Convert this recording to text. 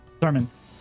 sermons